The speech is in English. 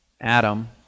Adam